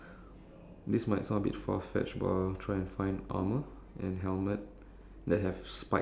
ya like you know like you know like ya you know like a medieval knight yes